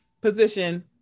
position